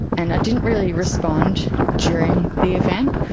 and i didn't really respond during the event,